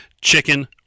chicken